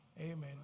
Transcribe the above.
Amen